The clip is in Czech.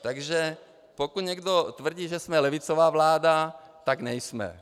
Takže pokud někdo tvrdí, že jsme levicová vláda, tak nejsme.